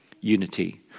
Unity